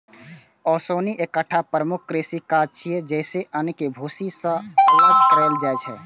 ओसौनी एकटा प्रमुख कृषि काज छियै, जइसे अन्न कें भूसी सं अलग कैल जाइ छै